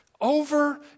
Over